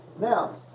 now